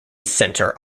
centre